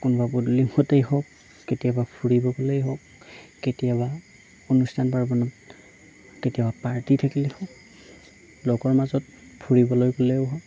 কোনোবা পদূলি মূখতেই হওক কেতিয়াবা ফুৰিব গ'লেই হওক কেতিয়াবা অনুষ্ঠান পাৰ্বণত কেতিয়াবা পাৰ্টি থাকিলে হওক লগৰ মাজত ফুৰিবলৈ গ'লেও হওক